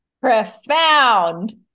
profound